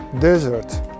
desert